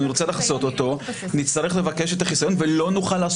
כלומר בהצעת חוק החילוט זה הרבה יותר מצומצם ממה שיש לנו פה.